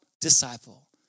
disciple